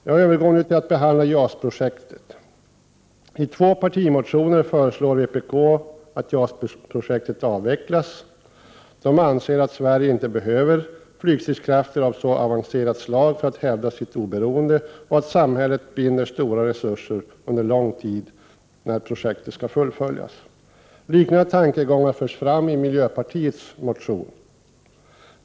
Jag övergår nu till att behandla JAS-projektet. I två partimotioner föreslår vpk att JAS-projektet avvecklas. De anser att Sverige inte behöver flygstridskrafter av så avancerat slag för att hävda sitt oberoende och att samhället binder stora resurser under lång tid om projektet fullföljs. Liknande tankegångar förs fram i miljöpartiets motioner.